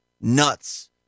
nuts